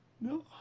No